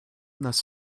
thus